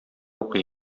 укый